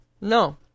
No